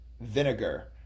vinegar